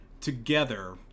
together